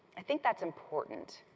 i think that's important.